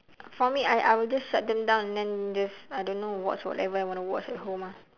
for me I I will just shut them down and then just I don't know whatsoever I want to watch at home ah